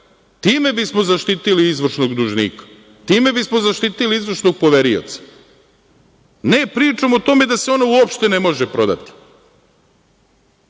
Time bismo zaštitili izvršnog dužnika, time bismo zaštitili izvršnog poverioca, ne pričom o tome da se ono uopšte ne može prodati. Ako